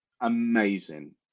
amazing